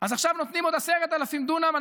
אז עכשיו נותנים עוד 10,000 דונם,